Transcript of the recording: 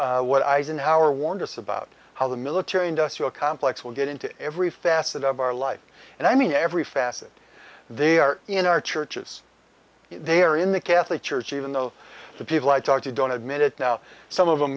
of what eisenhower warned us about how the military industrial complex will get into every facet of our life and i mean every facet they are in our churches they are in the catholic church even though the people i talk to don't admit it now some of them